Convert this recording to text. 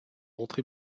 rentré